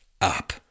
up